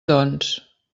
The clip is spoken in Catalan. doncs